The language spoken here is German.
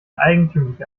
eigentümliche